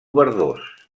verdós